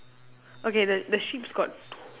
okay the the sheeps got